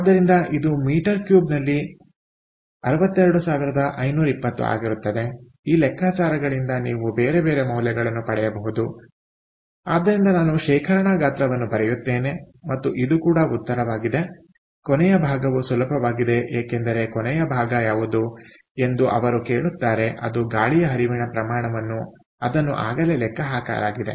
ಆದ್ದರಿಂದ ಇದು ಮೀಟರ್ ಕ್ಯೂಬ್ನಲ್ಲಿ 62520 ಆಗಿರುತ್ತದೆ ಈ ಲೆಕ್ಕಾಚಾರಗಳಿಂದ ನೀವು ಬೇರೆ ಬೇರೆ ಮೌಲ್ಯಗಳನ್ನು ಪಡೆಯಬಹುದು ಆದ್ದರಿಂದ ನಾನು ಶೇಖರಣಾ ಗಾತ್ರವನ್ನು ಬರೆಯುತ್ತೇನೆ ಮತ್ತು ಇದು ಕೂಡ ಉತ್ತರವಾಗಿದೆಕೊನೆಯ ಭಾಗವು ಸುಲಭವಾಗಿದೆ ಏಕೆಂದರೆ ಕೊನೆಯ ಭಾಗ ಯಾವುದು ಎಂದು ಅವರು ಕೇಳುತ್ತಾರೆ ಅದು ಗಾಳಿಯ ಹರಿವಿನ ಪ್ರಮಾಣವನ್ನು ಅದನ್ನು ಆಗಲೇ ಲೆಕ್ಕಹಾಕಲಾಗಿದೆ